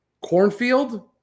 cornfield